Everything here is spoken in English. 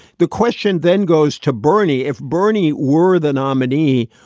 the question then goes to bernie if bernie were the nominee,